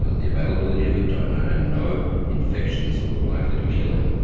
ah the availability of the donor and no infections that were likely to kill him.